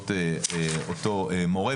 בעקבות אותו מורה.